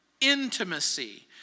intimacy